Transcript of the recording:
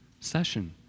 session